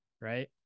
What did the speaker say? Right